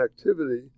activity